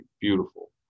beautiful